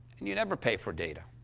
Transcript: and you never pay for data.